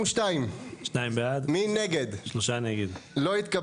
הצבעה בעד, 2 נגד, 3 נמנעים, 0 הרביזיה לא התקבלה.